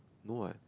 no what